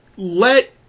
Let